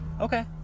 Okay